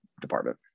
department